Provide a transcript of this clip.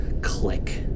click